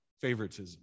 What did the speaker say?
favoritism